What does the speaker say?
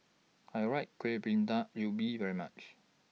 I Right Kuih Bingka Ubi very much